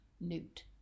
newt